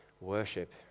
worship